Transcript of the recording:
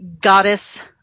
goddess